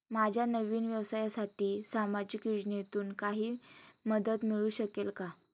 माझ्या नवीन व्यवसायासाठी सामाजिक योजनेतून काही मदत मिळू शकेल का?